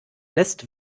lässt